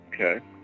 Okay